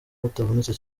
batavunitse